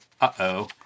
uh-oh